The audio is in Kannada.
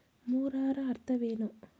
ಮೂರರ ಅರ್ಥವೇನು?